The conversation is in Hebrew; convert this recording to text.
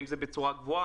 האם זה בצורה גבוהה,